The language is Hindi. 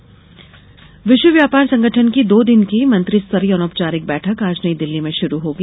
विश्व व्यापार संगठन विश्व व्यापार संगठन की दो दिन की मंत्रिस्तरीय अनौपचारिक बैठक आज नई दिल्ली में शुरू होगी